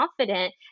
confident